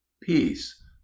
Peace